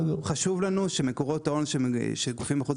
חשוב לנו שמקורות ההון של גופים חוץ